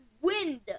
wind